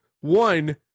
one